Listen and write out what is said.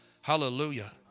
Hallelujah